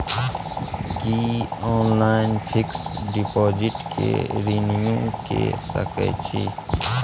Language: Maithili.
की ऑनलाइन फिक्स डिपॉजिट के रिन्यू के सकै छी?